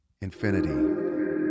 Infinity